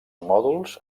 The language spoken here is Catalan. mòduls